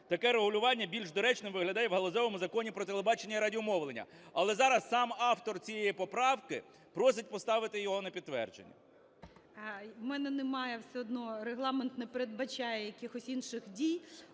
Таке регулювання більш доречним виглядає в галузевому Законі "Про телебачення і радіомовлення", але зараз сам автор цієї поправки просить поставити його на підтвердження. ГОЛОВУЮЧИЙ. В мене немає все одно, Регламент не передбачає якихось інших дій,